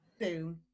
boom